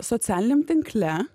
socialiniam tinkle